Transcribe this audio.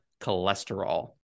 cholesterol